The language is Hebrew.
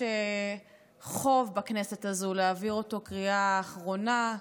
יש חוב בכנסת הזאת להעביר אותו בקריאה אחרונה,